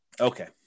Okay